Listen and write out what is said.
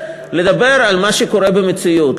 לדבר על מה שקורה במציאות,